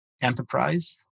enterprise